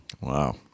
Wow